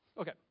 Okay